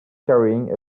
carrying